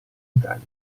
italia